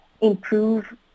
improve